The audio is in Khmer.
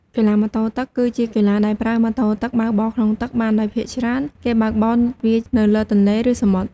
កីឡាម៉ូតូទឹក គឺជាកីឡាដែលប្រើម៉ូតូទឹកបើកបរក្នុងទឹកបានដោយភាគច្រើនគេបើកបរវានៅលើទន្លេ ឬសមុទ្រ។